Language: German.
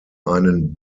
einen